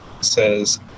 says